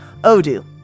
Odoo